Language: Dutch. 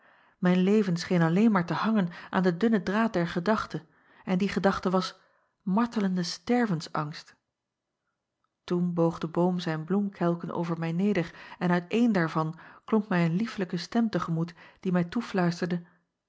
mijn leven scheen alleen maar te hangen aan den dunnen draad der gedachte en die gedachte was martelende stervensangst oen boog de boom zijn bloemkelken over mij neder en uit eene daarvan klonk mij een lieflijke stem te gemoet die mij toefluisterde